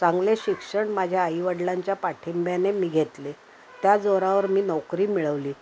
चांगले शिक्षण माझ्या आईवडिलांच्या पाठिंब्याने मी घेतले त्या जोरावर मी नोकरी मिळवली